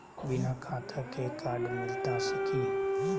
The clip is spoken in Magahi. बिना खाता के कार्ड मिलता सकी?